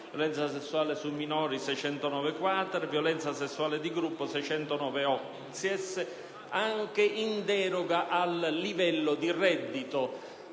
violenza sessuale su minori (609-*quater)* e violenza sessuale di gruppo (609-*octies*), anche in deroga al livello di reddito